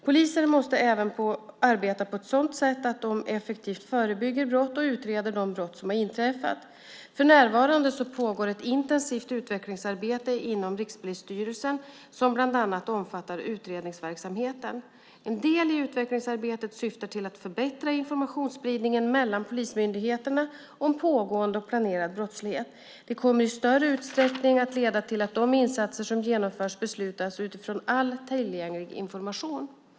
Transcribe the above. Poliser måste även arbeta på ett sådant sätt att de effektivt förebygger brott och utreder de brott som har inträffat. För närvarande pågår ett intensivt utvecklingsarbete inom Rikspolisstyrelsen som bland annat omfattar utredningsverksamheten. En del i utvecklingsarbetet syftar till att förbättra informationsspridningen mellan polismyndigheterna om pågående och planerad brottslighet. Det kommer i större utsträckning att leda till att de insatser som genomförs beslutas utifrån all tillgänglig information.